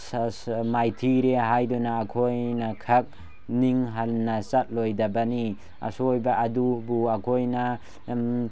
ꯃꯥꯏꯊꯤꯔꯦ ꯍꯥꯏꯗꯨꯅ ꯑꯩꯈꯣꯏꯅ ꯈꯛ ꯅꯤꯡ ꯍꯟꯅ ꯆꯠꯂꯣꯏꯗꯕꯅꯤ ꯑꯁꯣꯏꯕ ꯑꯗꯨꯕꯨ ꯑꯩꯈꯣꯏꯅ